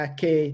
que